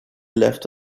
left